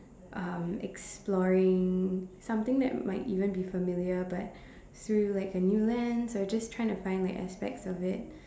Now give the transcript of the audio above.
um exploring something that might even be familiar but through like a new lens or just trying to find aspects of it